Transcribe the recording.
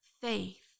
faith